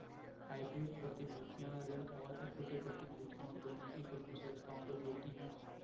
hybrid प्रतिभूतियां ऋण और इक्विटी प्रतिभूतियों दोनों की कुछ विशेषताओं को जोड़ती हैं